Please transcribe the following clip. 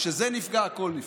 כשזה נפגע, הכול נפגע.